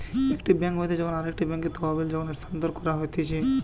একটি বেঙ্ক হইতে যখন আরেকটি বেঙ্কে তহবিল যখন স্থানান্তর করা হতিছে